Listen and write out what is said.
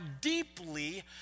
deeply